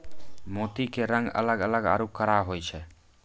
मोती के रंग अलग अलग आरो कड़ा होय छै